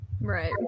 right